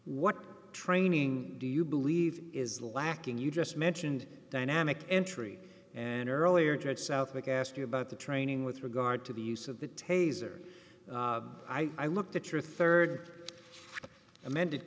what training do you believe is lacking you just mentioned dynamic entry an earlier thread southwick asked you about the training with regard to the use of the taser i looked at your rd amended